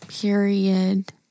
Period